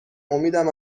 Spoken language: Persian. امیدم